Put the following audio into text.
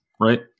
right